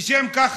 לשם כך,